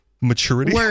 maturity